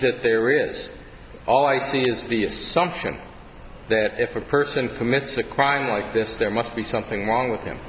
that there is all i see is the assumption that if a person commits a crime like this there must be something wrong with him